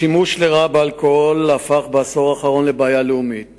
השימוש לרעה באלכוהול הפך בעשור האחרון לבעיה לאומית